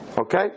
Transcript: Okay